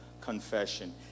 confession